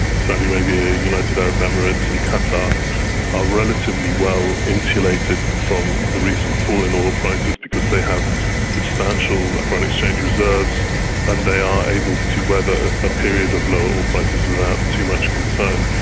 saudi arabia, united arab emirates and qatar are relatively well insulated from the recent fall in oil prices because they have substantial foreign exchange reserves and they are able to weather a period of lower oil prices without too much concern.